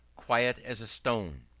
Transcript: quiet as a stone.